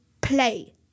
play